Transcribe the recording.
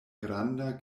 granda